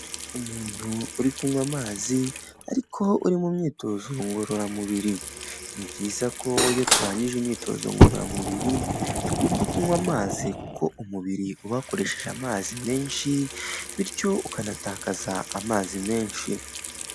Umuntu uri kunywa amazi ariko uri mu myitozo ngororamubiri. Ni byiza iyo turangije imyitozo ngororamubiri tugomba kunywa amazi kuko umubiri uba wakoresheje amazi menshi bityo ukanatakaza amazi menshi.